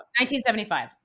1975